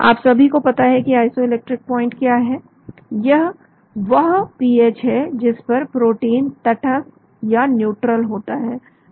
आप सभी को पता है कि आइसोइलेक्ट्रिक प्वाइंट क्या है या वह पीएच है जिस पर प्रोटीन तटस्थ या न्यूट्रल होता है